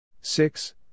Six